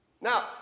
Now